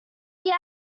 yet